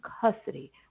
custody